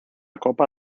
copa